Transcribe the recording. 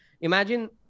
Imagine